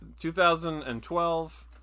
2012